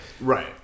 Right